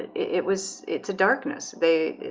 it was it's a darkness they